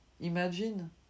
imagine